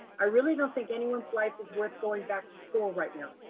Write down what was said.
i really don't think anyone's life is worth going back to school right now.